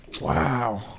Wow